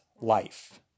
life